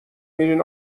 میرین